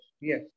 yes